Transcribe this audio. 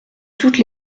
toutes